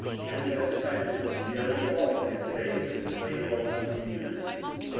and has spent nearly all his days in slaveholding conmiunities,